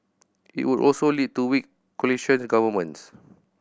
it would also lead to weak coalition governments